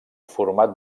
format